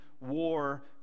war